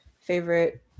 favorite